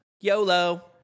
YOLO